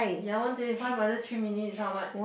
ya one twenty five minus three minutes is how much